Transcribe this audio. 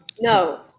No